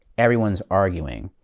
everyone's arguing.